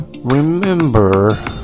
Remember